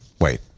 Wait